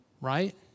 right